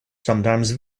sometimes